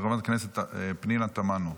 של חברת הכנסת פנינה תמנו.